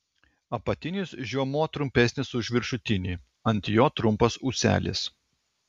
apatinis žiomuo trumpesnis už viršutinį ant jo trumpas ūselis